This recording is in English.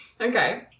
Okay